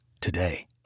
today